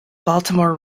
baltimore